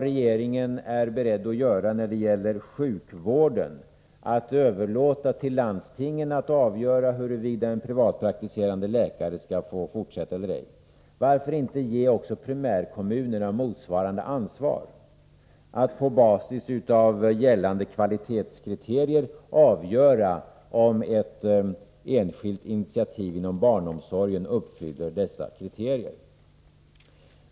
Regeringen är ju beredd att göra så med sjukvården, nämligen att överlåta till landstingen att avgöra huruvida en privatpraktiserande läkare skall få fortsätta eller ej. Varför inte ge också primärkommunerna motsvarande ansvar? De får då på basis av gällande kvalitetskriterier avgöra om ett enskilt initiativ inom barnomsorgen uppfyller dessa kriterier.